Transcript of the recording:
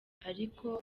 ariko